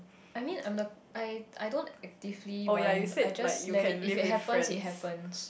I mean I'm the I I don't actively want I just let it if it happens it happens